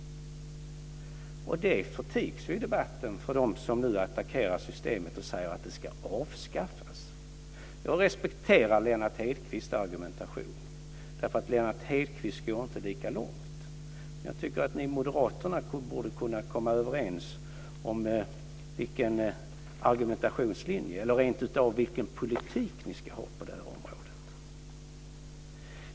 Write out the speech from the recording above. Det förtigs i debatten av dem som nu attackerar systemet och säger att det ska avskaffas. Jag respekterar Lennart Hedquists argumentation därför att han inte går lika långt. Men jag tycker att ni moderater borde kunna komma överens om vilken argumentationslinje eller rentav vilken politik ni ska ha på detta område.